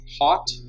Hot